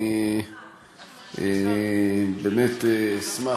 אני באמת אשמח,